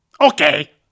okay